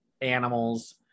animals